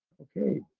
okay.